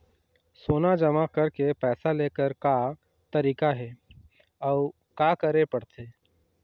सोना जमा करके पैसा लेकर का तरीका हे अउ का करे पड़थे?